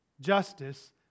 justice